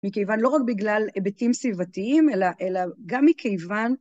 מכיוון לא רק בגלל היבטים סביבתיים, אלא גם מכיוון